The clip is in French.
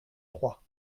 trois